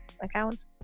account